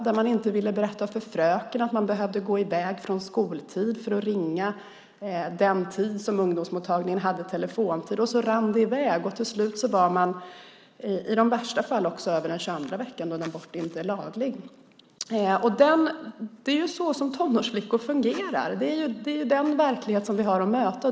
De ville inte berätta för fröken att de behövde gå i väg under skoltid för att ringa den tid som ungdomsmottagningen hade telefontid. Så rann det i väg, och till slut var flickorna i värsta fall också över den 22:a veckan, då en abort inte är laglig. Det är så tonårsflickor fungerar; det är den verklighet vi har att möta.